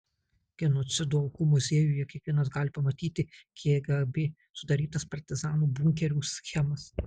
genocido aukų muziejuje kiekvienas gali pamatyti kgb sudarytas partizanų bunkerių schemas